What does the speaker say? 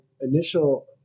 initial